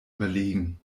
überlegen